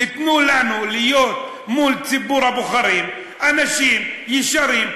תנו לנו להיות מול ציבור הבוחרים אנשים ישרים,